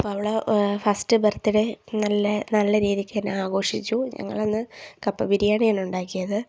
അപ്പം അവളെ first birthday നല്ല നല്ല രീതിക്കു തന്നെ ആഘോഷിച്ചു ഞങ്ങളന്ന് കപ്പ ബിരിയാണി ആണ് ഉണ്ടാക്കിയത്